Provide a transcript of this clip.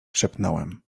szepnąłem